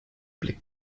blick